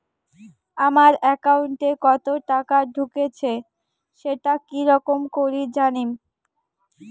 আমার একাউন্টে কতো টাকা ঢুকেছে সেটা কি রকম করি জানিম?